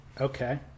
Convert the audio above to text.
Okay